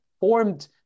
formed